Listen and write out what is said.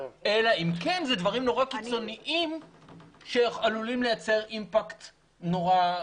אלא אם כן אלה דברים נורא קיצוניים שעלולים לייצר אימפקט גדול.